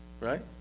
right